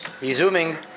resuming